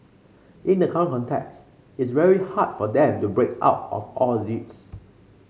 in the current context it's very hard for them to break out of all this